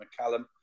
McCallum